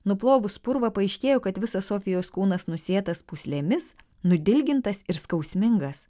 nuplovus purvą paaiškėjo kad visas sofijos kūnas nusėtas pūslėmis nudilgintas ir skausmingas